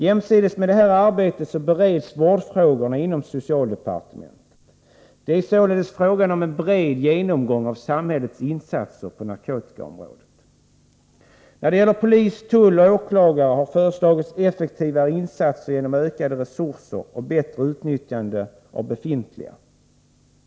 Jämsides med det här arbetet bereds vårdfrågorna inom socialdepartementet. Det är således fråga om en bred genomgång av samhällets insatser på narkotikaområdet. När det gäller polisen, tullen och åklagarna har föreslagits effektivare insatser genom ökade resurser och bättre utnyttjande av befintliga.